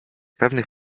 pewnych